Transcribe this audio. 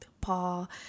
Paul